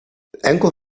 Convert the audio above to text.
enkel